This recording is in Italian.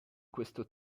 questo